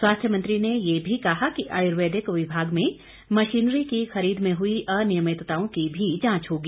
स्वास्थ्य मंत्री ने यह भी कहा कि आयुर्वेदिक विभाग ने मशीनरी की खरीद में हुई अनियमितताओं की भी जांच होगी